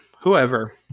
whoever